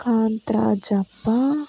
Kantharajappa